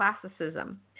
classicism